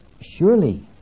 Surely